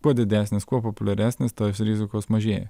kuo didesnis kuo populiaresnis tos rizikos mažėja